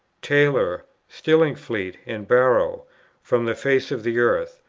taylor, stillingfleet, and barrow from the face of the earth,